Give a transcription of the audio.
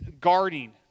guarding